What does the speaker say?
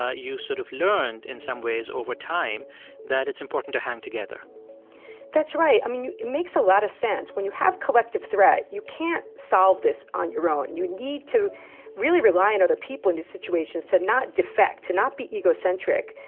ah you sort of learn in some ways over time that it's important to hang together that's right. i mean, it makes a lot of sense. when you have collective threat, you can't solve this on your own. you need to really rely on other people in these situations to not defect, to not be egocentric,